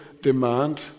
demand